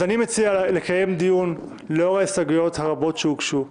אז אני מציע לקיים דיון לאור ההסתייגויות הרבות שהוגשו.